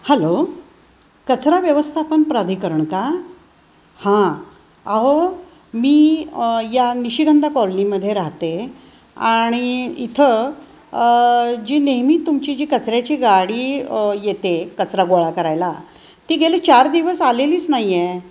hello कचरा व्यवस्थापन प्राधिकरण का हां आहो मी या निशिगंधा कॉलनीमध्ये राहते आणि इथं जी नेहमी तुमची जी कचऱ्याची गाडी येते कचरा गोळा करायला ती गेले चार दिवस आलेलीच नाही आहे